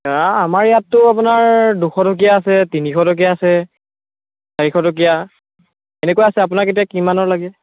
আমাৰ ইয়াততো অপোনাৰ দুশটকীয়া আছে তিনিশটকীয়া আছে চাৰিশটকীয়া এনেকুৱা আছে আপোনাক এতিয়া কিমানৰ লাগে